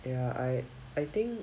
ya I I think